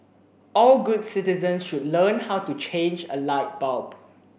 all good citizens should learn how to change a light bulb